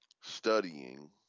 studying